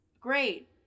great